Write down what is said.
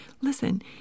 Listen